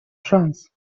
шанс